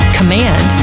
command